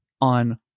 on